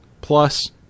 plus